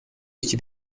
یکی